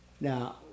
Now